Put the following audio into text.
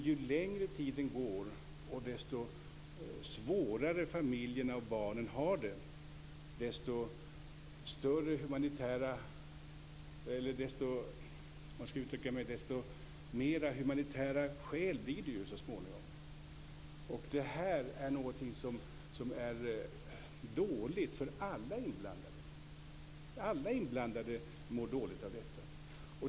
Ju längre tiden går och ju svårare familjerna och barnen har det, desto mera av humanitära skäl blir det så småningom. Det här är något som är dåligt för alla inblandade. De mår alla dåligt av detta.